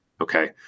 okay